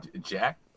Jack